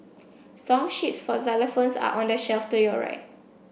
song sheets for xylophones are on the shelf to your right